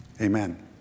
Amen